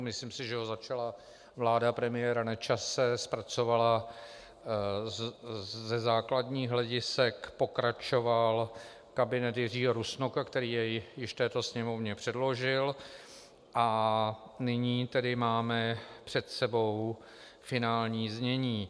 Myslím si, že ho začala vláda premiéra Nečase, zpracovala ho ze základních hledisek, pokračoval kabinet Jiřího Rusnoka, který jej již této Sněmovně předložil, a nyní tedy máme před sebou finální znění.